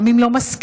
גם אם לא מסכימים,